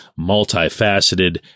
multifaceted